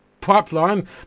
pipeline